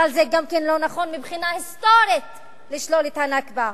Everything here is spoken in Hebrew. אבל זה גם לא נכון מבחינה היסטורית לשלול את ה"נכבה",